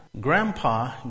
Grandpa